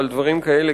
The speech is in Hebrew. אבל דברים כאלה,